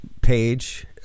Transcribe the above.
page